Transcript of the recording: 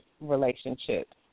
relationships